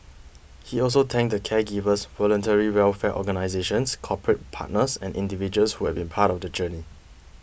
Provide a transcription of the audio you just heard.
he also thanked the caregivers voluntary welfare organisations corporate partners and individuals who have been part of the journey